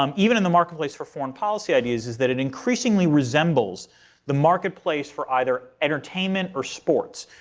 um even in the marketplace for foreign policy ideas, is that it increasingly resembles the marketplace for either entertainment or sports.